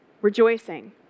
rejoicing